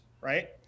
right